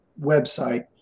website